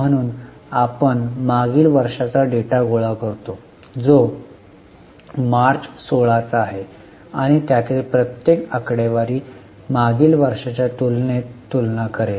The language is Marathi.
म्हणून आपण मागील वर्षाचा डेटा गोळा करतो जो मार्च 16 चा आहे आणि त्यातील प्रत्येक आकडेवारी मागील वर्षाच्या तुलनेत तुलना करेल